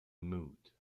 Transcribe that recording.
mood